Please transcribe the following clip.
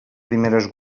primeres